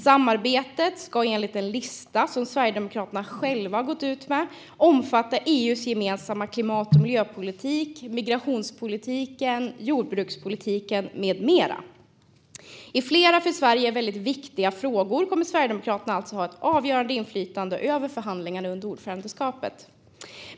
Samarbetet ska enligt en lista som Sverigedemokraterna själva gått ut med omfatta EU:s gemensamma klimat och miljöpolitik, migrationspolitik, jordbrukspolitik med mera. I flera för Sverige väldigt viktiga frågor kommer Sverigedemokraterna alltså att ha ett avgörande inflytande över förhandlingarna under ordförandeskapet.